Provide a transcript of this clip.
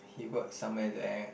he work somewhere there